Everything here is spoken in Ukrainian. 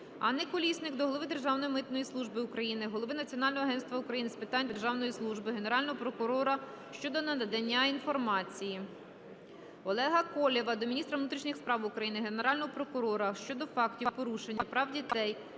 Анни Колісник до голови Державної митної служби України, голови Національного агентства України з питань державної служби, Генерального прокурора щодо надання інформації. Олега Колєва до міністра внутрішніх справ України, Генерального прокурора щодо фактів порушення прав дітей